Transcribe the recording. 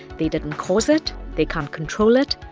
they didn't cause it, they can't control it,